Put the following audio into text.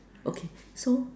okay so